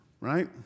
right